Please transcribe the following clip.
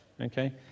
okay